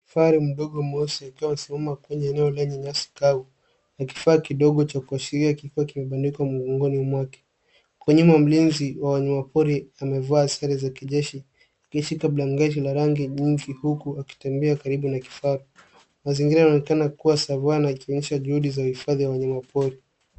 Kifaru mdogo mweusi akiwa amesimama kwenye eneo lenye nyasi kavu na kifaa kidogo cha kuashiria kilikuwa kimebandikwa mgongoni mwake. Kwa nyuma mlinzi wa wanyama pori amevaa sare za kijeshi, akishika blanketi la rangi nyingi huku akitembea karibu na kifaa. Mazingira yanaonekana kuwa savana ikionyesha juhudi za hifadhi za wanyamapori.